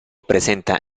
presenta